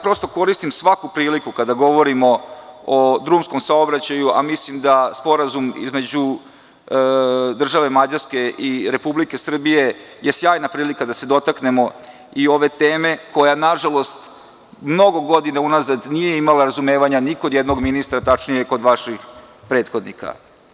Prosto, ja koristim svaku priliku kada govorim o drumskom saobraćaju, a mislim da je Sporazum između države Mađarske i Republike Srbije sjajna prilika da se dotaknemo i ove teme, koja nažalost mnogo godina unazad nije imala razumevanja ni kod jednog ministra, tačnije kod vaših prethodnika.